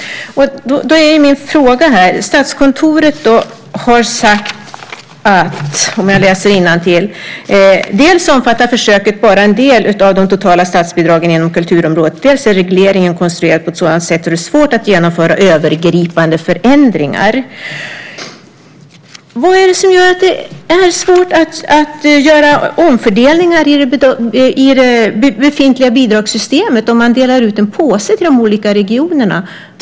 Då har jag en fråga. Statskontoret har sagt så här: "Dels omfattar försöket bara en del av de totala statsbidragen inom kulturområdet, dels är regleringen konstruerad på ett sådant sätt att det är svårt att genomföra övergripande förändringar." Vad är det som gör att det är svårt att göra omfördelningar i det befintliga bidragssystemet om man delar ut en påse till de olika regionerna?